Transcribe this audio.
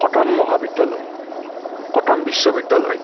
cotton মহাবিদ্যালয় Cotton বিশ্ববিদ্যালয়